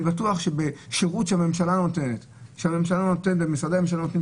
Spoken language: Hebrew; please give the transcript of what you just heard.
אני בטוחן שבשירות שהממשלה נותנת ומשרדי הממשלה נותנים,